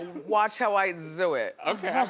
watch how i do it. okay.